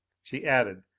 she added,